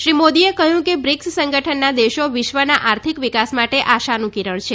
શ્રી મોદીએ કહ્યું કે બ્રિક્સ સંગઠનના દેશો વિશ્વના આર્થિક વિકાસ માટે આશાનું કિરણ છે